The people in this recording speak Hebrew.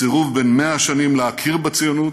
הסירוב בן 100 השנים להכיר בציונות,